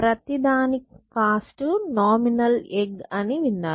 ప్రతి దాని cost nominal egg అని విన్నారు